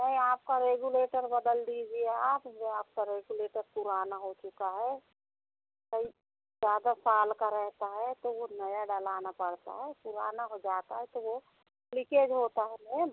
नही आपका रेगुलेटर बदल दीजिए आप ये आपका रेगुलेटर पुराना हो चुका है कई जादा साल का रहता है तो वो नया डलाना पड़ता है पुराना हो जाता है तो वो लीकेज होता है मैम